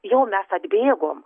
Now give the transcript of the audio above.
jau mes atbėgom